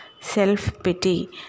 self-pity